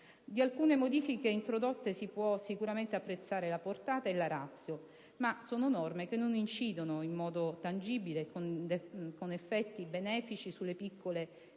Di alcune modifiche introdotte si può sicuramente apprezzare la portata e la *ratio*, ma si tratta di norme che non incidono in modo tangibile e con effetti benefici sulle piccole e medie